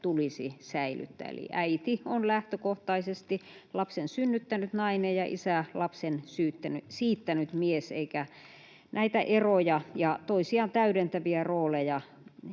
tulisi säilyttää, eli äiti on lähtökohtaisesti lapsen synnyttänyt nainen ja isä lapsen siittänyt mies, eikä näitä eroja ja toisiaan täydentäviä rooleja